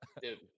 dude